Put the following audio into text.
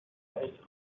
meeste